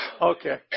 Okay